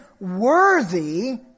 worthy